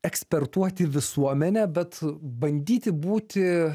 ekspertuoti visuomenę bet bandyti būti